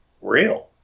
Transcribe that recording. real